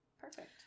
Perfect